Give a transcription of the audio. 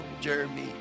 Jeremy